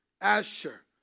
Asher